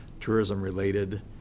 tourism-related